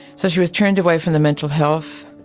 so she was turned away from the mental health